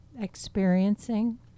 experiencing